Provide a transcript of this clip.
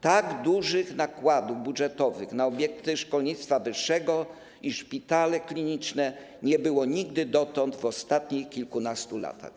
Tak dużych nakładów budżetowych na obiekty szkolnictwa wyższego i szpitale kliniczne nie było nigdy dotąd, chodzi o ostatnie kilkanaście lat.